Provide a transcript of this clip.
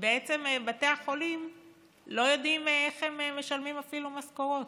בעצם בתי החולים לא יודעים איך הם משלמים אפילו משכורות.